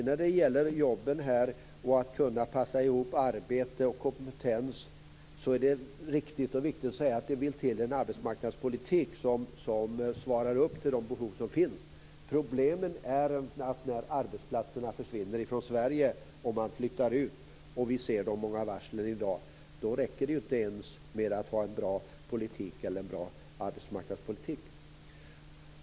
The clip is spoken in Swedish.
När det gäller jobben och att kunna passa ihop arbete och kompetens är det riktigt och viktigt att säga att det vill till en arbetsmarknadspolitik som svarar mot det behov som finns. Problemet är att arbetsplatserna försvinner från Sverige. Man flyttar ut. Vi ser de många varslen i dag. Då räcker det inte ens att ha en bra arbetsmarknadspolitik.